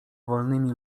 wolnymi